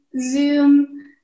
Zoom